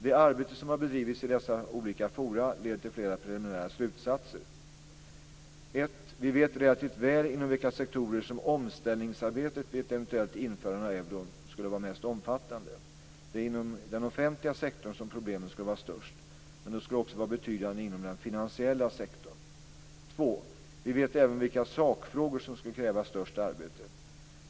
Det arbete som har bedrivits i dessa olika forum leder till flera preliminära slutsatser: · Vi vet relativt väl inom vilka sektorer som omställningsarbetet vid ett eventuellt införande av euron skulle vara mest omfattande. Det är inom den offentliga sektorn som problemen skulle vara störst, men de skulle också vara betydande inom den finansiella sektorn. · Vi vet även vilka sakfrågor som skulle kräva störst arbete.